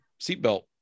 seatbelt